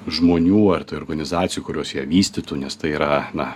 žmonių ar tai organizacijų kurios ją vystytų nes tai yra na